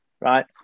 right